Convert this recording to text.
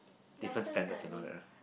different standards and all that ah